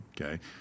okay